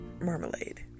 marmalade